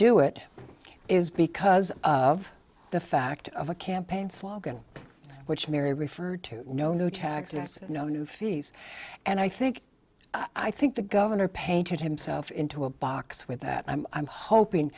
do it is because of the fact of a campaign slogan which mary referred to no new taxes no new fees and i think i think the governor painted himself into a box with that i'm hoping